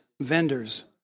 vendors